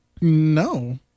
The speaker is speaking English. no